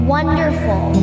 Wonderful